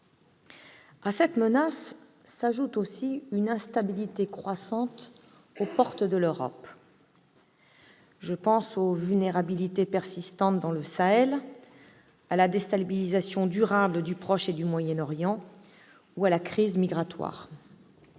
À cette menace s'ajoute une instabilité croissante aux portes de l'Europe. J'ai à l'esprit les vulnérabilités persistantes dans le Sahel, la déstabilisation durable du Proche et du Moyen-Orient ou la crise migratoire,